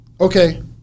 Okay